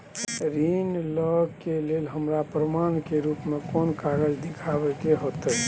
ऋण लय के लेल हमरा प्रमाण के रूप में कोन कागज़ दिखाबै के होतय?